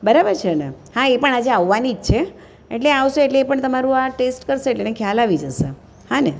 બરાબર છે ને હા એ પણ આજે આવવાની જ છે એટલે આવશે એટલે એ પણ તમારું આ ટેસ્ટ કરશે એટલે એને ખ્યાલ આવી જશે હાને